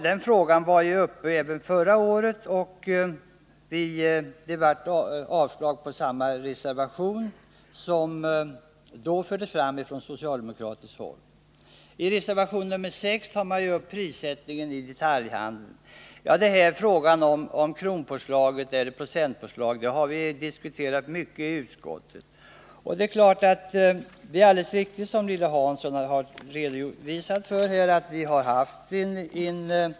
Den frågan var uppe även förra året och riksdagen avslog den reservation av samma innebörd som då avgavs från socialdemokratiskt håll. I reservation nr 6 tar man upp prissättningen i detaljhandeln. Frågan om kronpåslag eller procentpåslag har vi diskuterat mycket i utskottet, och det är alldeles riktigt vad Lilly Hansson har redovisat.